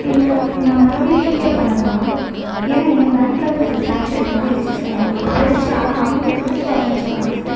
இல்லை நான் மறுபடியும் ரீபே பண்ணணுமா ஏன்னா என் பேங்க்லேருந்து இது டிரான்ஸாக்ஷன் ஆகிருச்சி சார் அவங்களுக்கு போய்டுச்சி ஆனால் அவங்களுக்கு ரிஸீவ் ஆகலன்னு சொல்கிறாங்க சார்